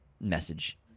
message